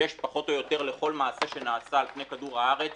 יש פחות או יותר לכל מעשה שנעשה על פני כדור הארץ